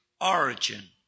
origin